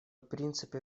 принципы